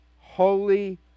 holy